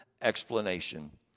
explanation